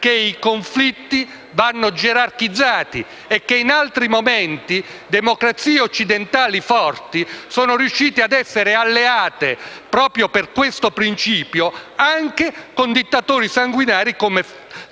che i conflitti vanno gerarchizzati e che, in altri momenti, le democrazie occidentali, forti delle loro ragioni, sono riuscite ad essere alleate, proprio per questo principio, anche con dittatori sanguinari come Stalin.